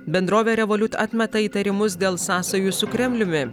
bendrovė revolut atmeta įtarimus dėl sąsajų su kremliumi